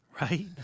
Right